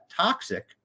toxic